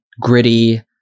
gritty